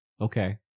okay